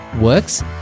works